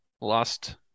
Lost